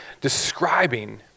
describing